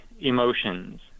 emotions